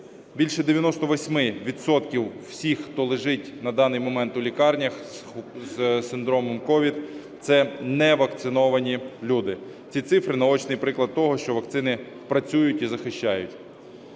відсотків всіх, хто лежить на даний момент у лікарнях з синдромом COVID – це невакциновані люди. Ці цифри – наочний приклад того, що вакцини працюють і захищають.